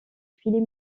filet